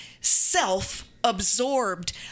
self-absorbed